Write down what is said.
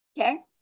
Okay